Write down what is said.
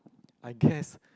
I guess